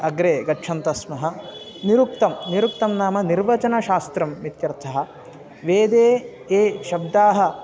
अग्रे गच्छन्तः स्मः निरुक्तं निरुक्तं नाम निर्वचनशास्त्रम् इत्यर्थः वेदे ये शब्दाः